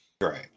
Right